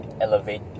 elevate